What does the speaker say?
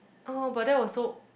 uh but that was so